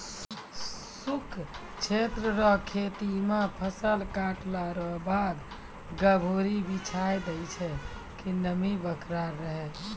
शुष्क क्षेत्र रो खेती मे फसल काटला रो बाद गभोरी बिसाय दैय छै कि नमी बरकरार रहै